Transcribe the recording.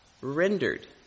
rendered